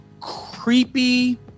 Creepy